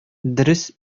дөрес